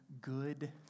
good